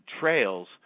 trails